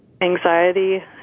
anxiety